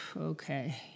okay